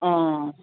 अँ